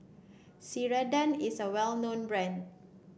Ceradan is a well known brand